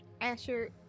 Asher